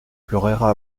pleurèrent